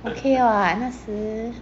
okay [what] 那时